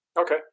Okay